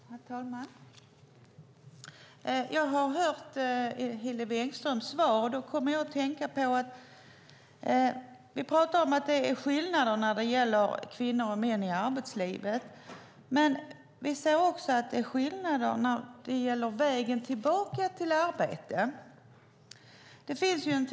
Herr talman! Jag har hört Hillevi Engströms svar. Vi talar om att det är skillnader när det gäller kvinnor och män i arbetslivet, men vi ser också att det är skillnader när det gäller vägen tillbaka till arbete.